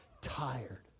tired